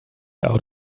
out